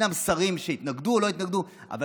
ישנם שרים שהתנגדו או לא התנגדו, אבל